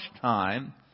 time